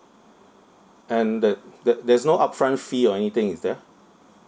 and there there there is no upfront fee or anything is there